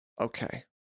Okay